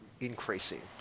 increasing